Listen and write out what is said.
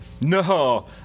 No